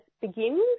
begins